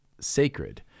sacred